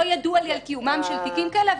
לא ידוע לי על קיומם של תיקים כאלה,